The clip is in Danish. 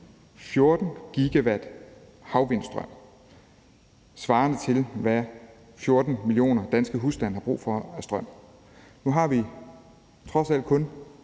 14 GW havvindstrøm, svarende til, hvad 14 millioner danske husstande har brug for af strøm. Nu har vi trods alt kun